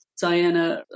Diana